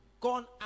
gone